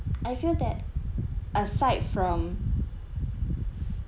I feel that aside from